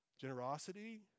generosity